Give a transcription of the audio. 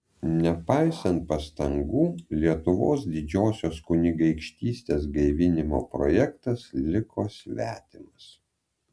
nepaisant pastangų lietuvos didžiosios kunigaikštystės gaivinimo projektas liko svetimas